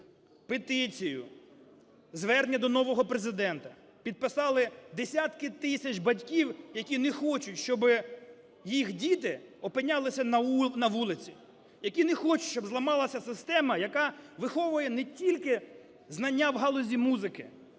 петицію, звернення до нового Президента підписали десятки тисяч батьків, які не хочуть, щоб їх діти опинялися на вулиці, які не хочуть, щоб зламалася система, яка виховує не тільки знання в галузі музики,